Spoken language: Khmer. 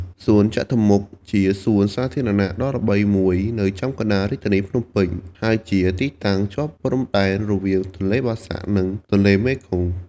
សួនចតុមុខ ជាសួនសាធារណៈដ៏ល្បីមួយនៅចំកណ្តាលរាជធានីភ្នំពេញ ហើយជាទីតាំងជាប់ព្រំដែនរវាងទន្លេបាសាក់ និងទន្លេមេគង្គ។